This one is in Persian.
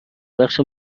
بخش